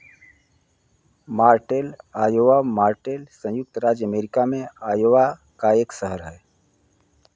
Martel Iowa Martel संयुक्त राज्य America में आयोवा का एक शहर है